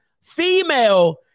female